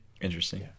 Interesting